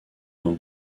dans